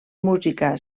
música